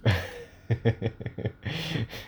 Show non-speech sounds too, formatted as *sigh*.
*laughs*